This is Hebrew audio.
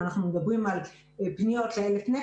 אם אנחנו מדברים על פניות קודמות,